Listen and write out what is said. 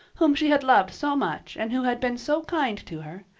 whom she had loved so much and who had been so kind to her,